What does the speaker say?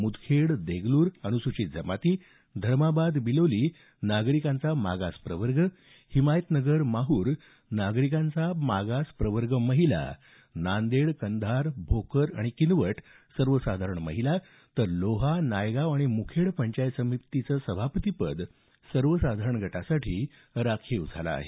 मुदखेड देगलुर अनुसूचित जमाती धर्माबाद बिलोली नागरिकांचा मागास प्रवर्ग हिमायतनगर माहूर नागरिकांचा मागास प्रवर्ग महिला नांदेड कंधार भोकर किनवट सर्वसाधारण महिला तर लोहा नायगाव आणि मुखेड पंचायत समितीचं सभापतीपद सर्वसाधारण गटासाठी राखीव झालं आहे